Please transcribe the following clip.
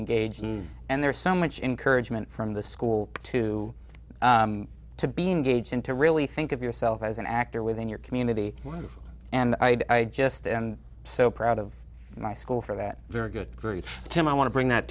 engaged and there's so much encouragement from the school to to being engaged and to really think of yourself as an actor within your community and i just and so proud of my school for that very good tim i want to bring that